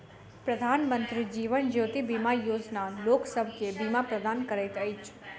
प्रधानमंत्री जीवन ज्योति बीमा योजना लोकसभ के बीमा प्रदान करैत अछि